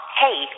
hey